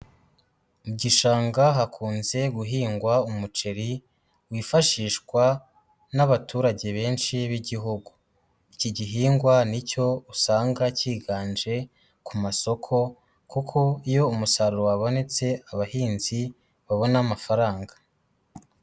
Igishanga hakunze guhingwa umuceri, hifashishwa n'abaturage benshi b'igihugu, iki gihingwa nicyo usanga cyiganje ku masoko kuko iyo umusaruro wabonetse abahinzi babona amafaranga.